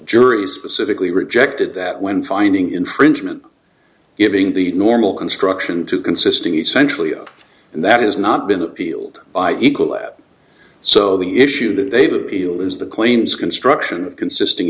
jury specifically rejected that when finding infringement giving the normal construction to consisting essentially zero and that has not been appealed by equal and so the issue that they've appealed is the claims construction consisting